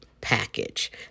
Package